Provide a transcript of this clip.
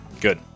Good